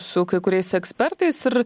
su kai kuriais ekspertais ir